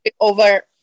over